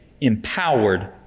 empowered